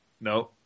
No